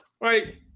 Right